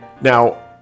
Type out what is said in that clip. Now